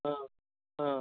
ஆ ஆ